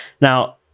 Now